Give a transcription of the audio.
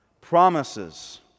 Promises